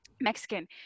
mexican